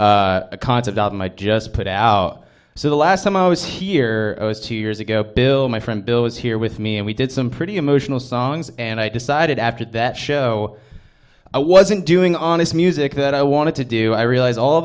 a concept album i just put out so the last time i was here it was two years ago bill my friend bill was here with me and we did some pretty emotional songs and i decided after that show i wasn't doing on this music that i wanted to do i realize all